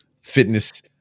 fitness